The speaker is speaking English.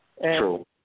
True